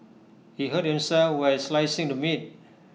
he hurt himself while slicing the meat